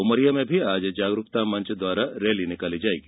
उमरिया में भी आज जागरूकता मंच द्वारा रैली निकाली जायेगी